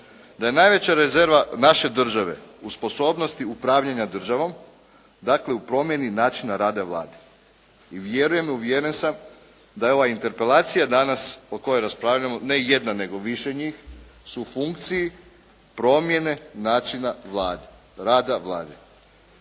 da je najveća rezerva naše države u sposobnosti upravljanja državom, dakle u promjeni načina rada Vlade. I vjerujem i uvjeren sam da je ova interpelacija danas o kojoj raspravljamo ne jedna nego više njih su u funkciji promjene načina rada Vlade